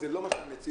אני אחדד.